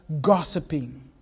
Gossiping